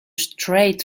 straight